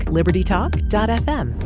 LibertyTalk.fm